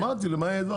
אמרתי, למעט.